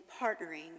partnering